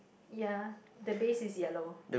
ya the base is yellow